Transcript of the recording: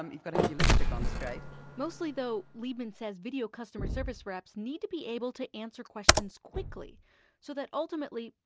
um you've got to have your lipstick on straight mostly though, liebmann says video customer service reps need to be able to answer questions quickly so that ultimately,